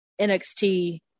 NXT